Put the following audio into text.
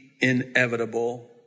inevitable